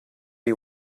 you